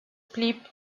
blieb